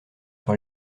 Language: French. sur